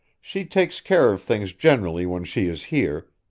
she takes care of things generally when she is here,